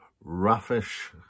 raffish